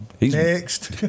next